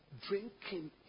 Drinking